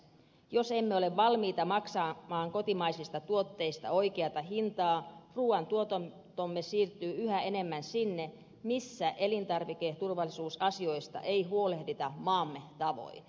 jos emme ole valmiita maksamaan kotimaisista tuotteista oikeata hintaa ruuantuotantomme siirtyy yhä enemmän sinne missä elintarviketurvallisuusasioista ei huolehdita maamme tavoin